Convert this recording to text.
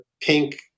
pink